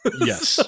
Yes